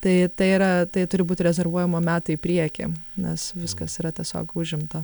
tai tai yra tai turi būti rezervuojama metai į priekį nes viskas yra tiesiog užimta